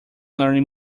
learning